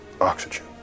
oxygen